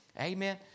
Amen